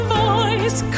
voice